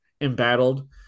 embattled